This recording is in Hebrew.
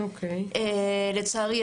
לצערי,